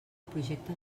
projecte